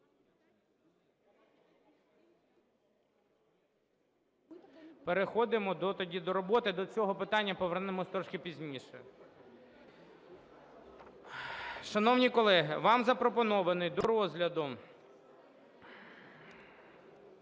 Переходимо тоді до роботи, до цього питання повернемось трошки пізніше. Шановні колеги, вам запропонований до розгляду…